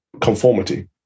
conformity